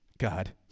god